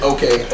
Okay